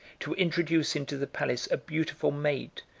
to introduce into the palace a beautiful maid,